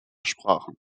sprachen